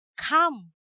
Come